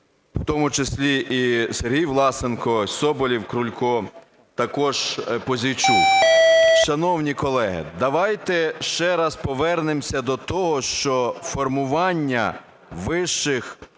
в тому числі і Сергій Власенко, Соболєв, Крулько, також Пузійчук. Шановні колеги, давайте ще раз повернемось до того, що формування вищих